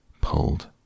pulled